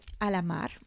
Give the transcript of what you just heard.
Alamar